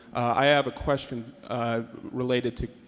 i have a question related to